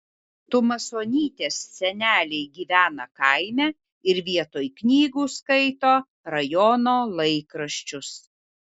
tumasonytės seneliai gyvena kaime ir vietoj knygų skaito rajono laikraščius